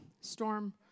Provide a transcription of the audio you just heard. storm